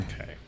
Okay